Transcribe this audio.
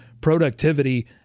productivity